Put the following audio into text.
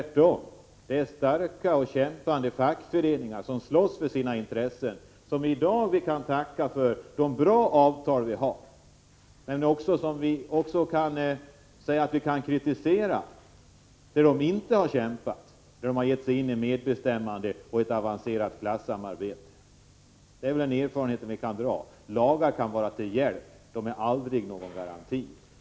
Det är starka fackföreningar som slåss för medlemmarnas intressen som vi kan tacka för de bra avtal som finns. Vi skall naturligtvis också kritisera fackföreningarna när de inte har kämpat utan givit sig in i medbestämmande och ett avancerat klassamarbete. Den erfarenhet som vi kan dra är att lagar kan vara till hjälp men att de aldrig är någon garanti.